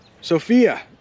Sophia